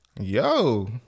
Yo